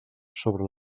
sobre